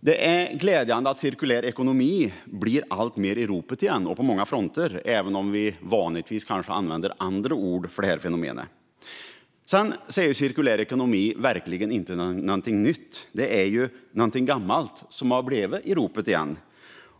Det är glädjande att cirkulär ekonomi blir alltmer i ropet igen och på många fronter, även om vi vanligtvis kanske använder andra ord för fenomenet. Sedan är ju cirkulär ekonomi verkligen inte något nytt utan något gammalt som har blivit i ropet igen.